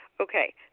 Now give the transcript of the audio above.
Okay